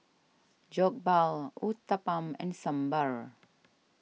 Jokbal Uthapam and Sambar